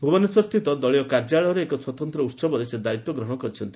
ଭୁବନେଶ୍ୱରସ୍ଥିତ ଦଳୀୟ କାର୍ଯ୍ୟାଳୟରେ ଏକ ସ୍ୱତନ୍ତ ଉହବରେ ସେ ଦାୟିତ୍ୱ ଗ୍ରହଶ କରିଛନ୍ତି